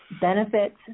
benefits